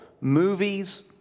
movies